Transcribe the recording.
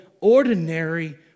ordinary